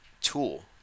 tool